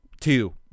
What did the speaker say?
two